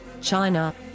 China